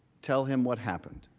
tell him what happened.